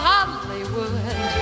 Hollywood